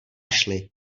šli